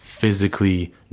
Physically